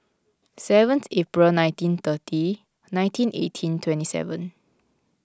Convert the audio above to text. seventh April nineteen thirty nineteen eighteen twenty seven